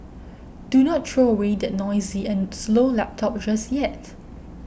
do not throw away that noisy and slow laptop just yet